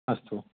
अस्तु